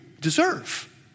deserve